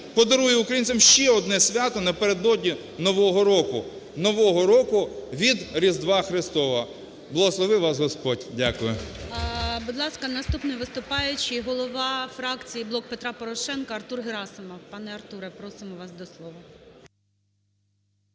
подарує українцям ще одне свято напередодні Нового року, нового року від Різдва Христового. Благослови вас, Господь. Дякую. ГОЛОВУЮЧИЙ. Будь ласка, наступний виступаючий. Голова фракції "Блок Петра Порошенка" Артур Герасимов. Пане Артуре, просимо вас до слова.